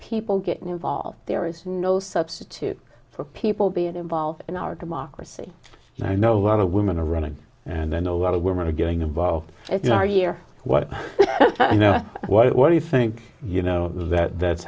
people getting involved there is no substitute for people being involved in our democracy and i know a lot of women are running and then a lot of women are getting involved as you know year what you know what do you think you know that that's